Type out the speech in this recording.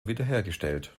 wiederhergestellt